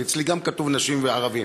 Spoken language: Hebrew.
כי אצלי כתוב גם "נשים וערבים".